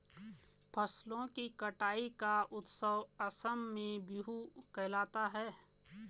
फसलों की कटाई का उत्सव असम में बीहू कहलाता है